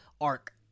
arc